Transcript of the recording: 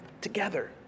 together